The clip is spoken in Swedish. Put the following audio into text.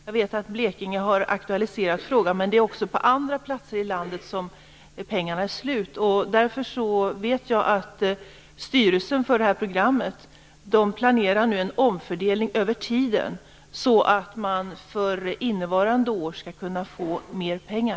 Jag vet att Blekinge har aktualiserat frågan, men pengarna är slut även på andra platser i landet. Jag vet att styrelsen för programmet nu planerar en omfördelning över tiden, så att man för innevarande år skall kunna få mer pengar.